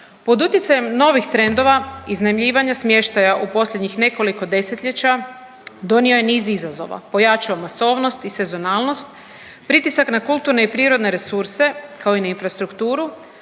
pod utjecajem novih trendova, iznajmljivanja smještaja u posljednjih nekoliko desetljeća, donio je niz izazova, pojačao masovnost i sezonalnost, pritisak na kulturne i prirodne resurse, kao i na infrastrukturu,